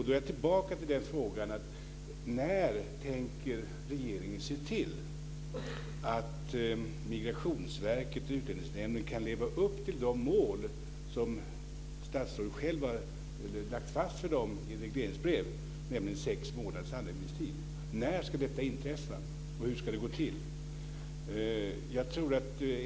Då är jag tillbaka vid frågan: När tänker regeringen se till att Migrationsverket och Utlänningsnämnden kan leva upp till de mål som statsrådet själv har lagt fast för dem i regleringsbrev, nämligen sex månaders handläggningstid? När ska detta inträffa och hur ska det gå till?